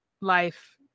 life